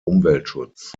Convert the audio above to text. umweltschutz